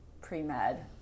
pre-med